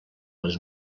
les